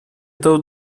этого